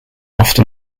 often